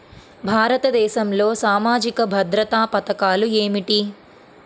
భారతదేశంలో సామాజిక భద్రతా పథకాలు ఏమిటీ?